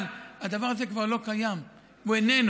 אבל הדבר הזה כבר לא קיים, הוא איננו,